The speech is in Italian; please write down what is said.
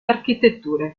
architetture